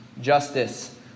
Justice